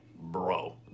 bro